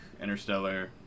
interstellar